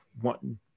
One